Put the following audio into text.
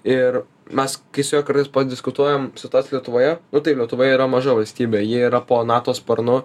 ir mes tiesiog kartais padiskutuojam situaciją lietuvoje nu taip lietuva yra maža valstybė ji yra po nato sparnu